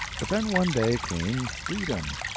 but then one day came freedom.